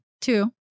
Two